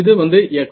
இது வந்து x